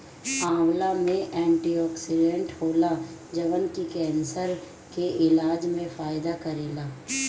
आंवला में एंटीओक्सिडेंट होला जवन की केंसर के इलाज में फायदा करेला